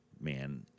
man